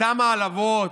אותן העלבות.